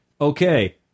Okay